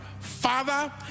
father